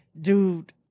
dude